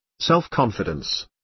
self-confidence